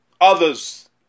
others